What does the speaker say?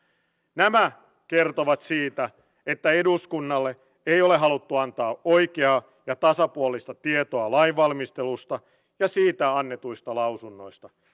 nämä kertovat siitä että eduskunnalle ei ole haluttu antaa oikeaa ja tasapuolista tietoa lainvalmistelusta ja siitä annetuista lausunnoista